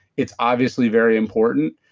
it's obviously very important,